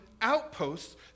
outposts